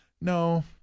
no